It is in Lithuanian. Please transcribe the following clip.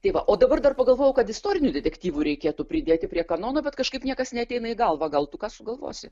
tai va o dabar dar pagalvojau kad istorinių detektyvų reikėtų pridėti prie kanono bet kažkaip niekas neateina į galvą gal tu ką sugalvosi